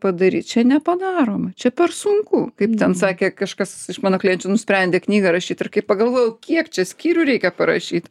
padaryt čia nepadaroma čia per sunku kaip ten sakė kažkas iš mano klienčių nusprendė knygą rašyt ir kai pagalvojau kiek čia skyrių reikia parašyt